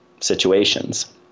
situations